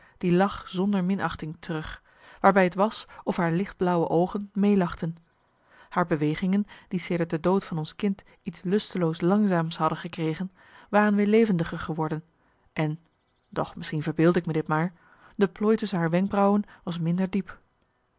die lach zonder minachting terug waarbij t was of haar licht blauwe oogen meelachten haar bewegingen die sedert de dood van ons kind iets lusteloos langzaams hadden gekregen waren weer levendiger geworden en doch misschien verbeeldde ik me dit maar de plooi tusschen haar wenkbrauwen was minder diep